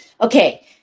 Okay